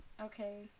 okay